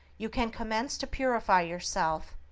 you can commence to purify yourself,